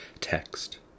text